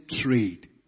trade